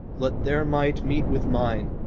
let their might meet with mine,